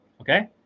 Okay